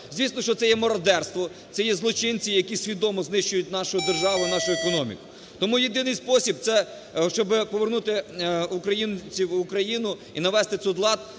Звісно, що це є мародерство, це є злочинці, які свідомо знищують нашу державу, нашу економіку. Тому єдиний спосіб, щоби повернути українців в Україну і навести тут лад,